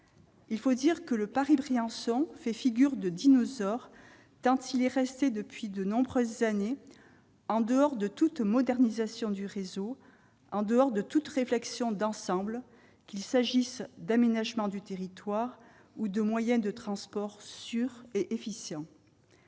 Il faut dire que le Paris-Briançon fait figure de dinosaure tant il est resté depuis de nombreuses années en dehors de toute modernisation du réseau, en dehors de toute réflexion d'ensemble, qu'il s'agisse d'aménagement du territoire ou de moyen de transport sûr et efficient.